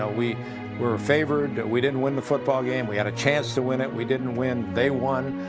ah we were ah favored. we didn't win the football game. we had a chance to win it. we didn't win. they won.